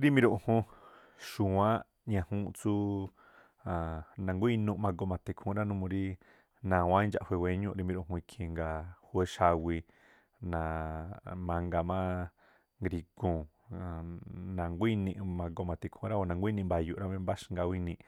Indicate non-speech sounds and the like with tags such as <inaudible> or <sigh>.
Rí miruꞌjun xu̱wáánꞌ ñajuunꞌ tsúú <hesitation> na̱nguá inu̱ ma̱goo ma̱tha̱ ikhúún rá numuu rí nawáán indxaꞌjué wéñuu̱ꞌ rí miruꞌjun ikhii̱n, ngaa̱ júwé xawii náa̱ꞌ mangaa má griguu̱n <hesitation> na̱nguá ini̱ ma̱goo ma̱tha̱ ikhúún rá, o̱ na̱nguá ini̱ mba̱yu̱u̱ꞌ o̱ mbáxngaa ú inii̱ꞌ